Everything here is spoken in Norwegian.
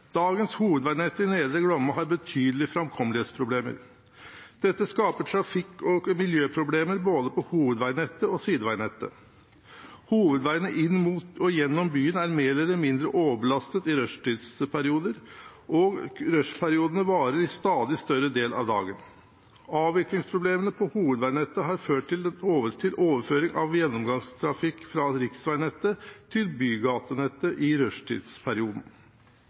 Dagens hovedveinett i Nedre Glomma har betydelige framkommelighetsproblemer. Dette skaper trafikk- og miljøproblemer på både hovedveinettet og sideveinettet. Hovedveiene inn mot og gjennom byene er mer eller mindre overbelastet i rushtidsperiodene, som strekker seg over en stadig større del av dagen. Avviklingsproblemene på hovedveinettet har ført til overføring av gjennomgangstrafikk fra riksveinettet til bygatenettet i